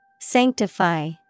Sanctify